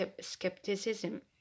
skepticism